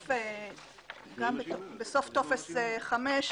בסוף טופס 5,